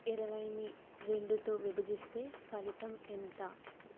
ఇరవైని రెండుతో విభజిస్తే ఫలితం ఎంత